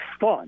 fun